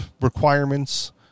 requirements